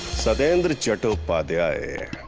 satyendra chattopadhyay.